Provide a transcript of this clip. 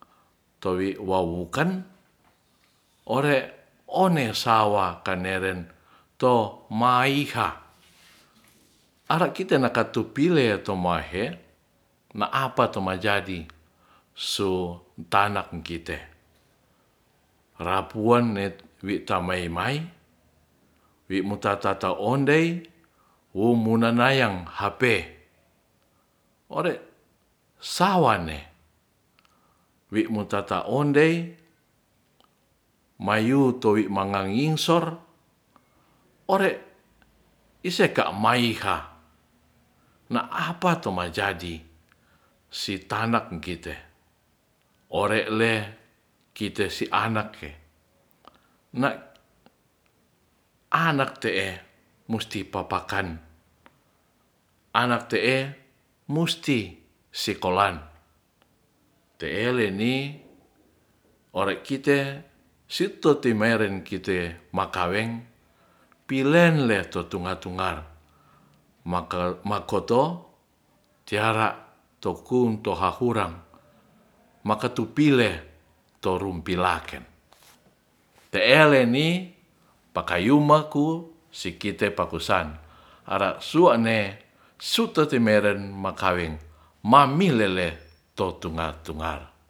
Towi'wawukan ore'one sawa kaneren to mahi'ha ara'kite nakatupile to'wahe na'apa tomajadi su tana'kite rapuanne wi'tamai-mai wi'mutata ondei wumunanayang hape ore'sawanne wi'mutata ondei mayutowi manganginsor ore'iseka maiha na'apa tomajadi sitanak ing'kite ore'le kite si anak he nak anak te'e musti papakan anak te'e musti sikolan te'e leni ore'kite si'te temeren kite makaweng pileler to tunga-tungar makoto tiara toku tohuha hurang makatonpile torumpilaken te'e leni pakayummaku sikite pakusan ara'su'ene sute timeren makaweng mamilele tou tungar-tungar